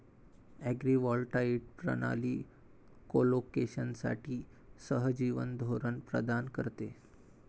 agrivoltaic प्रणाली कोलोकेशनसाठी सहजीवन धोरण प्रदान करते